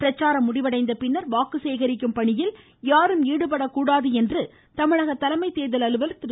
பிரச்சாரம் முடிவடைந்தபின்னர் வாக்கு சேகரிக்கும் பணியில் யாரும் ஈடுபடக்கூடாது என்று தமிழக தலைமை தேர்தல் அலுவலர் திரு